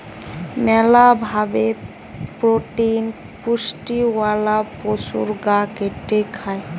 মেলা ভাবে প্রোটিন পুষ্টিওয়ালা পশুর গা কেটে খায়